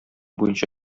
буенча